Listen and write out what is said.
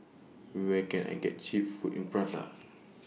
Where Can I get Cheap Food in Praia